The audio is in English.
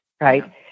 right